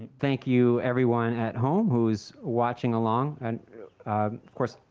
thank you everyone at home who's watching along. and of course,